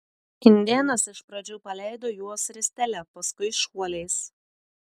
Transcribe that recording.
indėnas iš pradžių paleido juos ristele paskui šuoliais